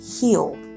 heal